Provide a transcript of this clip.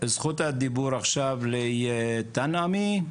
זכות הדיבור לנעם תנעמי,